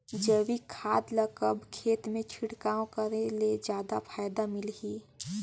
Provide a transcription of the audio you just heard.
जैविक खाद ल कब खेत मे छिड़काव करे ले जादा फायदा मिलही?